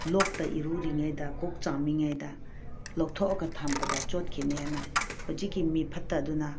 ꯂꯣꯛꯇ ꯏꯔꯨꯔꯤꯉꯩꯗ ꯀꯣꯛ ꯆꯥꯝꯃꯤꯉꯩꯗ ꯂꯧꯊꯣꯛꯂꯒ ꯊꯝꯕꯗ ꯆꯣꯠꯈꯤꯅꯦꯅ ꯍꯧꯖꯤꯛꯀꯤ ꯃꯤꯐꯠꯇ ꯑꯗꯨꯅ